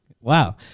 Wow